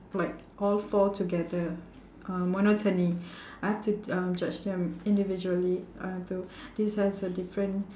like all four together uh monotony I have to uh judge them individually I have to this has a different